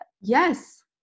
Yes